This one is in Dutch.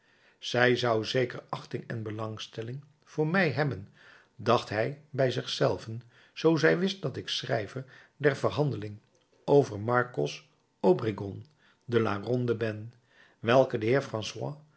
zij zou zeker achting en belangstelling voor mij hebben dacht hij bij zich zelven zoo zij wist dat ik de schrijver der verhandeling over marcos obregon de la ronda ben welke de